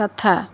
ତଥା